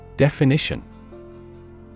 Definition